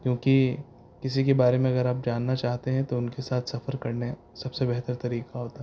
کیونکہ کسی کے بارے میں اگر آپ جاننا چاہتے ہیں تو ان کے ساتھ سفر کرنے سب سے بہتر طریقہ ہوتا ہے